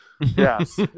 Yes